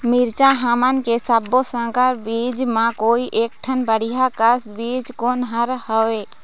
मिरचा हमन के सब्बो संकर बीज म कोई एक ठन बढ़िया कस बीज कोन हर होए?